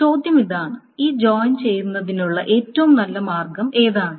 ചോദ്യം ഇതാണ് ഈ ജോയിൻ ചെയ്യുന്നതിനുള്ള ഏറ്റവും നല്ല മാർഗം ഏതാണ്